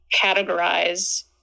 categorize